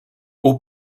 hauts